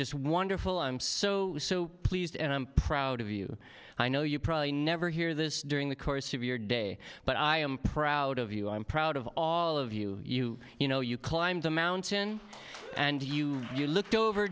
just wonderful i'm so so pleased and i'm proud of you i know you probably never hear this during the course of your day but i am proud of you i'm proud of all of you you you know you climbed the mountain and you you looked over